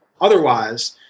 otherwise